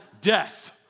death